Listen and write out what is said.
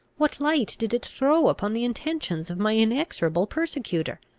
what light did it throw upon the intentions of my inexorable persecutor?